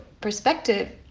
perspective